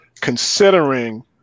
considering